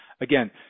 again